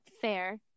fair